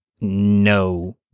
no